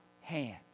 hands